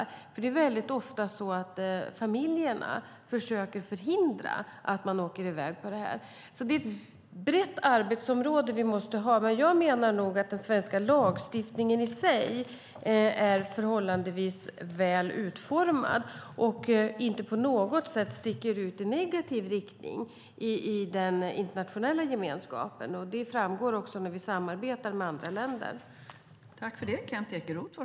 Det är nämligen väldigt ofta så att familjerna försöker förhindra att man åker i väg på detta. Det är alltså ett brett arbetsområde vi måste ha, men jag menar nog att den svenska lagstiftningen i sig är förhållandevis väl utformad och inte på något sätt sticker ut i negativ riktning i den internationella gemenskapen. Det framgår också när vi samarbetar med andra länder.